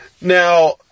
Now